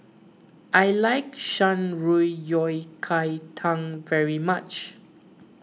I like Shan Rui Yao Kai Tang very much